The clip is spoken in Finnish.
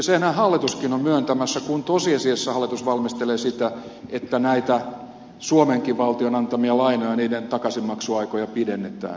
senhän hallituskin on myöntämässä kun tosiasiassa hallitus valmistelee sitä että näitä suomenkin valtion antamien lainojen takaisinmaksuaikoja pidennetään